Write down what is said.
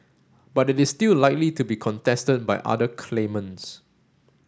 but it is still likely to be contested by other claimants